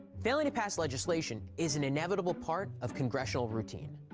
failing to pass legislation is an inevitable part of congressional routine.